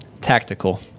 tactical